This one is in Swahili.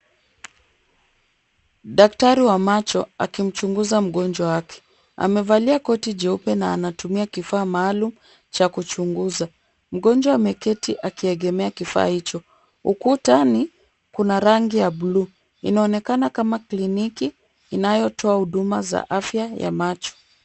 Daktari wa macho akimchunguza mgonjwa wake, amevalia koti jeupe, na anatumia kifaa maalum cha kuchunguza. Mgonjwa ameketi akiegemea kifaa hicho. Ukutani, Kuna rangi ya buluu. Inaonekana kama kliniki inayotoa huduma za afya ya macho.